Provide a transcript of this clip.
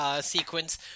sequence